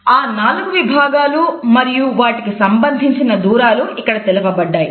ఆ నాలుగు విభాగాలు మరియు వాటికి సంబంధించిన దూరాలు ఇక్కడ తెలుపబడ్డాయి